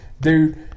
Dude